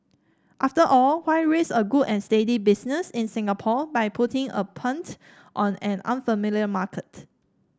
after all why risk a good and steady business in Singapore by putting a punt on an unfamiliar market